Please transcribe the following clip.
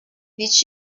did